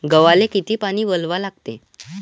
गव्हाले किती पानी वलवा लागते?